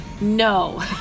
no